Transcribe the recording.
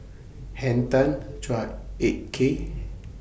Henn Tan Chua Ek Kay